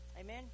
Amen